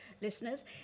listeners